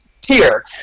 tier